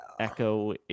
Echo